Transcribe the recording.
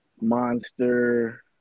monster